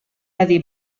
adi